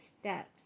steps